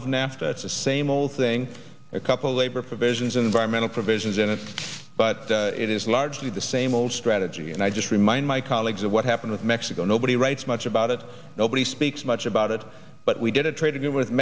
of nafta it's the same old thing a couple of labor provisions environmental provisions in it but it is largely the same old strategy and i just remind my colleagues of what happened with mexico nobody writes much about it nobody makes much about it but we did a trade with